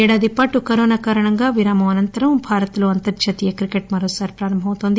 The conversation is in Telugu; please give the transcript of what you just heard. ఏడాది పాటు కరోనా కారణంగా విరామం అనంతరం భారత్ లో అంతర్హాతీయ క్రికెట్ మరోసారి ప్రారంభమవుతుంది